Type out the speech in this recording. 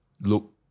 look